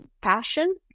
passion